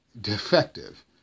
defective